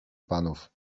panów